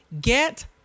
get